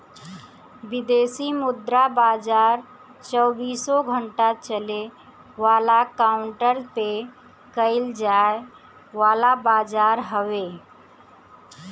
विदेशी मुद्रा बाजार चौबीसो घंटा चले वाला काउंटर पे कईल जाए वाला बाजार हवे